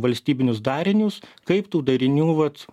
valstybinius darinius kaip tų darinių vat